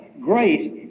grace